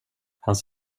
hans